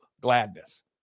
gladness